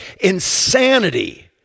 insanity